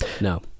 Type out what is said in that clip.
no